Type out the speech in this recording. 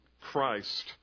Christ